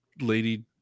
lady